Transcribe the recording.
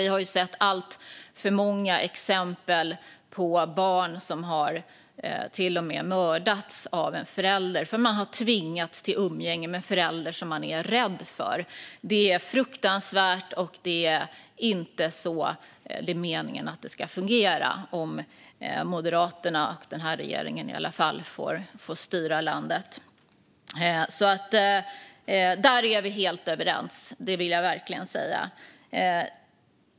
Vi har sett alltför många exempel på barn som till och med mördats av en förälder för att man tvingats till umgänge med en förälder som man är rädd för. Det är fruktansvärt, och det är inte så det är meningen att det ska fungera - i alla fall inte om Moderaterna och den här regeringen får styra landet. Här är vi alltså helt överens; det vill jag verkligen säga.